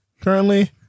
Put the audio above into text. currently